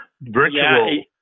virtual